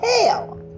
hell